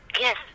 Yes